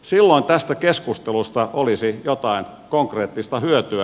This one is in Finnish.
silloin tästä keskustelusta olisi jotain konkreettista hyötyä